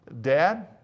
Dad